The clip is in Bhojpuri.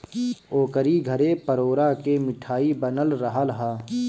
ओकरी घरे परोरा के मिठाई बनल रहल हअ